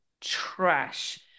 trash